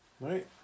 right